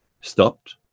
stopped